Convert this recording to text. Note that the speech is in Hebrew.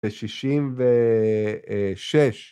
‫בשישים ושש.